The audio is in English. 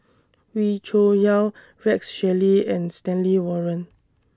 Wee Cho Yaw Rex Shelley and Stanley Warren